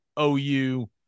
OU